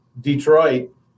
Detroit